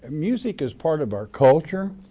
music is part of our culture,